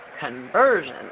conversion